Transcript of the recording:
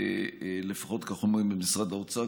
ולפחות כך אומרים במשרד האוצר,